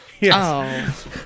Yes